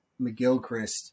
McGilchrist